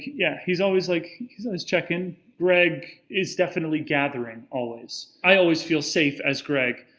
yeah, he's always like he's always checking. greg, is definitely gathering, always. i always feel safe, as greg,